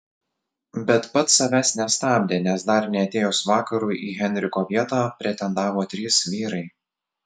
bet pats savęs nestabdė nes dar neatėjus vakarui į henriko vietą pretendavo trys vyrai